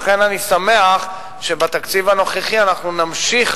ולכן אני שמח שבתקציב הנוכחי אנחנו נמשיך